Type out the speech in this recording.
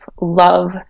love